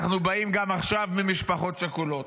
אנחנו באים גם עכשיו ממשפחות שכולות.